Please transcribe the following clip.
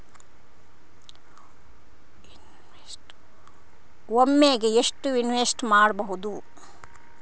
ಒಮ್ಮೆಗೆ ಎಷ್ಟು ಇನ್ವೆಸ್ಟ್ ಮಾಡ್ಬೊದು?